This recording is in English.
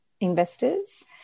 investors